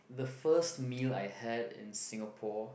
the first meal I had in Singapore